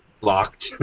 Locked